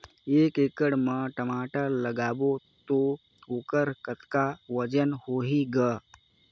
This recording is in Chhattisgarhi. एक एकड़ म टमाटर लगाबो तो ओकर कतका वजन होही ग?